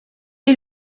est